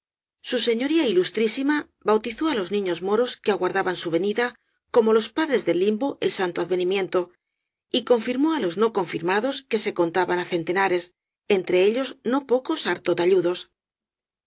su señoría ilustrísima bautizó á los niños moros que aguardaban su venida como los padres del limbo el santo advenimiento y confirmó á los no confirmados que se contaban á centenares entre ellos no pocos harto talludos